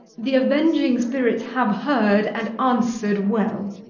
the avenging spirits have heard and answered well. el.